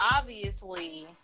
obviously-